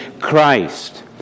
Christ